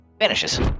vanishes